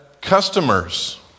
customers